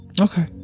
Okay